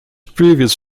previous